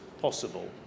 possible